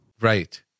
Right